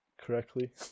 correctly